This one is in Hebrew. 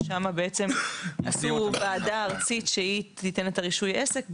ששם בעצם עשו ועדה ארצית שהיא תיתן את רישוי העסק.